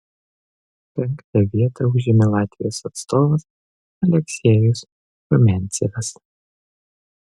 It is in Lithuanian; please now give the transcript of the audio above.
penktą vietą užėmė latvijos atstovas aleksejus rumiancevas